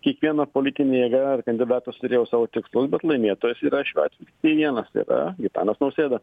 kiekviena politinė jėga ar kandidatas turėjo savo tikslus bet laimėtojas yra šiuo atveju vienas yra gitanas nausėda